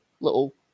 little